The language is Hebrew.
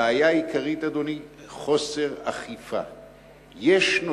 הבעיה העיקרית, אדוני, היא חוסר אכיפה.